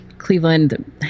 cleveland